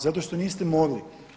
Zato što niste mogli.